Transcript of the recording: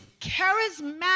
charismatic